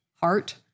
heart